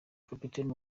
kapiteni